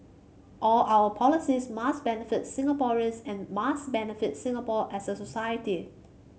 all our policies must benefit Singaporeans and must benefit Singapore as a society